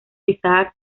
isaac